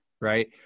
right